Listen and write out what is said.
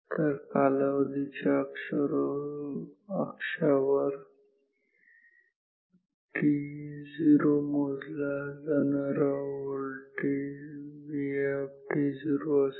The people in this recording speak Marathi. तर कालावधीच्या अक्षवर t0 ला मोजला जाणारा व्होल्टेज Vi असेल